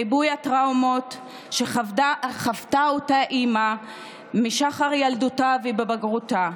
ריבוי הטראומות שחוותה אותה אימא משחר ילדותה ובבגרותה,